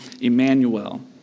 Emmanuel